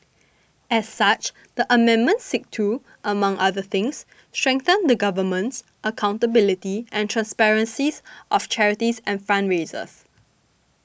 as such the amendments seek to among other things strengthen the governance accountability and transparency of charities and fundraisers